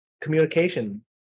communication